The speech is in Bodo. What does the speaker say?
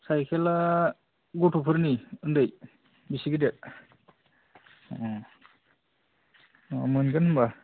साइखेल आ गथ'फोरनि उन्दै बेसे गिदिर मोनगोन होनबा